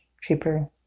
Cheaper